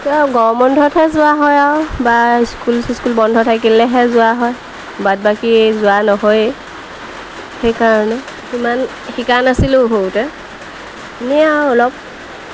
পুৰা গৰম বন্ধতহে যোৱা হয় আৰু বা স্কুল চিস্কুল বন্ধ থাকিলেহে যোৱা হয় বাদ বাকী যোৱা নহয়েই সেইকাৰণে ইমান শিকা নাছিলোঁ সৰুতে এনেই আৰু অলপ